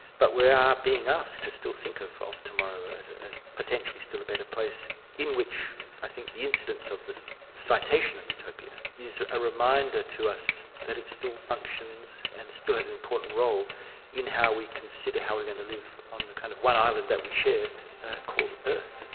but we are being asked to still think of of tomorrow as as potentially still a better place in which i think the incidence of the citation of utopia is a reminder to us that it still functions and still has an important role in how we consider how we're going to live on the kind of one island that we share called earth.